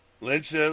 Lynch